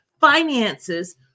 finances